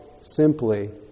simply